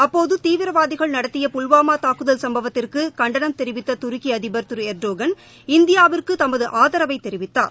அப்போது தீவிரவாதிகள் நடத்திய புல்வாமா தாக்குதல் சம்பவத்திற்கு கண்டனம் தெரிவித்த துருக்கி அதிபர் திரு எர்டோகன் இந்தியாவிற்கு தமது ஆதரவை தெரிவித்தார்